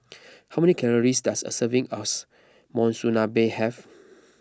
how many calories does a serving us Monsunabe have